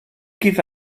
give